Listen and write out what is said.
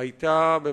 הכנסת